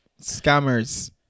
Scammers